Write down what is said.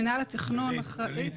מינהל התכנון אחראי --- דלית,